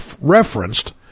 referenced